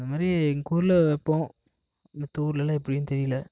அந்த மாதிரி எங்கூர்ல வைப்போம் மித்த ஊர்லெல்லாம் எப்படின்னு தெரியல